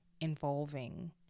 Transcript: involving